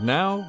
now